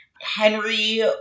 Henry